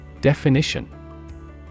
Definition